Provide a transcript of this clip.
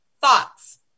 Thoughts